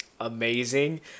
amazing